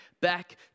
back